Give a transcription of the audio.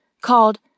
called